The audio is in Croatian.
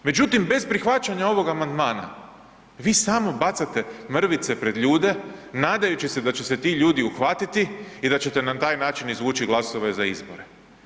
Međutim, bez prihvaćanja ovog amandmana vi samo bacate mrvice pred ljude, nadajući se da će se ti ljudi uhvatiti i da ćete na način izvući glasove za izbore.